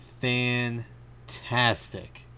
fantastic